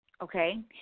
Okay